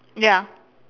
ya